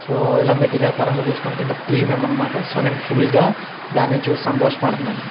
so ఇలా material పరంగా చూసుకుంటే ఇంక ప్రీమియం అనమాట సో నేను ఫుల్గా దాన్ని చూసి సంతోషపడుతన్నాను